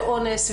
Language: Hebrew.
אונס,